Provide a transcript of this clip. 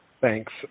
Thanks